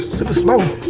super slow.